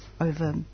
over